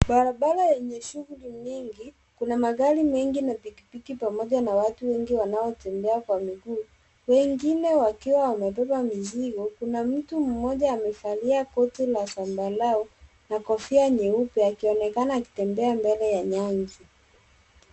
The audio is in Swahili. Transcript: Barabara yenye shughuli mingi. Kuna magari mengi na pikipiki pamoja na watu wengi wanaotembea kwa miguu, wengine wakiwa wamebeba mizigo. Kuna mtu mmoja amevalia koti la zambarau, na kofia nyeupe akionekana akitembea mbele ya nyanzi.